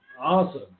Awesome